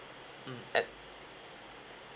mm at